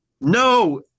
No